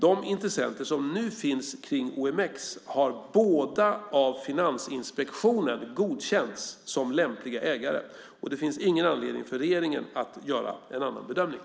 De intressenter som nu finns kring OMX har båda av Finansinspektionen godkänts som lämpliga ägare, och det finns ingen anledning för regeringen att göra en annan bedömning.